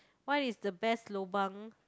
what is the best lobang